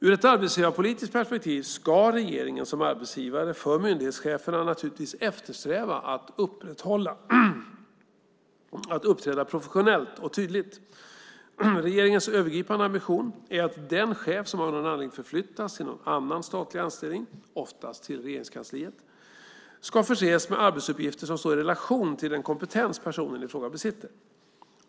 Ur ett arbetsgivarpolitiskt perspektiv ska regeringen som arbetsgivare för myndighetscheferna naturligtvis eftersträva att uppträda professionellt och tydligt. Regeringens övergripande ambition är att den chef som av någon anledning förflyttas till annan statlig anställning, oftast till Regeringskansliet, ska förses med arbetsuppgifter i relation till den kompetens personen i fråga besitter.